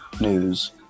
News